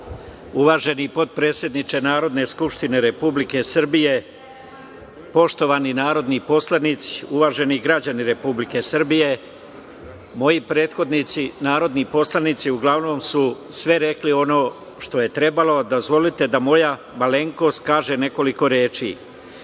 Uvaženi potpredsedniče Narodne skupštine Republike Srbije, poštovani narodni poslanici, uvaženi građani Republike Srbije, moji prethodnici, narodni poslanici, uglavnom su sve rekli ono što je trebalo, dozvolite da moja malenkost kaže nekoliko reči.U